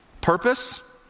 Purpose